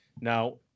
Now